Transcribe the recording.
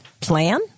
plan